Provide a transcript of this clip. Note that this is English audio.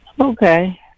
Okay